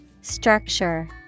Structure